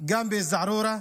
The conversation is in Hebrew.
גם בא-זערורה,